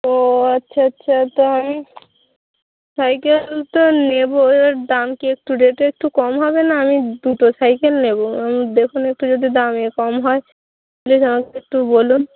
ও আচ্ছা আচ্ছা তো আমি সাইকেলটা নেব এর দাম কি একটু রেট একটু কম হবে না আমি দুটো সাইকেল নেব দেখুন একটু যদি দামে কম হয় দামটা একটু বলুন